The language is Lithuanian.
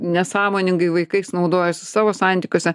nesąmoningai vaikais naudojosi savo santykiuose